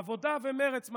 העבודה ומרצ,